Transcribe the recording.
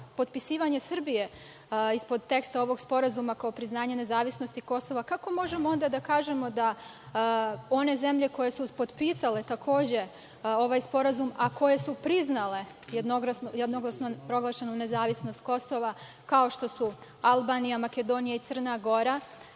potpisivanje Srbije ispod teksta ovog sporazuma, kao priznanje nezavisnosti Kosova, kako možemo onda da kažemo da one zemlje koje su potpisale takođe ovaj sporazum, a koje su priznale jednoglasno proglašeno nezavisno Kosovo, kao što su Albanije, Makedonija i Crna Gora,